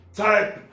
type